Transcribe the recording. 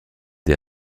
des